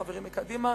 חברים מקדימה,